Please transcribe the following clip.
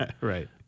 Right